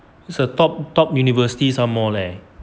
it's the top top university some more leh